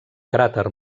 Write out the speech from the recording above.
cràter